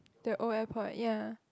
the Old-Airport ya